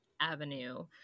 avenue